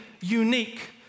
unique